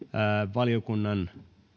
valiokunnan